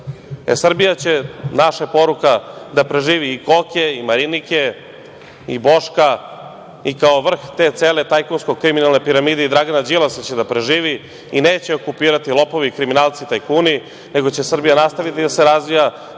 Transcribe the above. Srbija će, naša je poruka, da preživi i koke, i Marinike, i Boška, i kao vrh te cele tajkunsko kriminalne piramide, i Dragana Đilasa će da preživi, i neće je okupirati lopovi, kriminalci i tajkuni, nego će Srbija nastaviti da se razvija